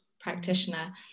practitioner